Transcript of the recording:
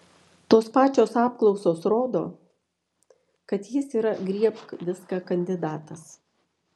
tos pačios apklausos rodo kad jis yra griebk viską kandidatas